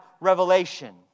revelation